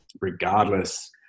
Regardless